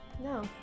No